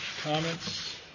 comments